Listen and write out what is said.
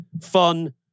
fun